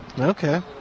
Okay